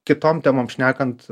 kitom temom šnekant